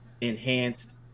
enhanced